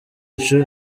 ico